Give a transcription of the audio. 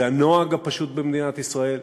זה הנוהג הפשוט במדינת ישראל,